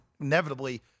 inevitably